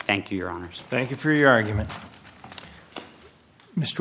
thank you your honors thank you for your argument mr